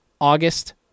August